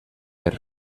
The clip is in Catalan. per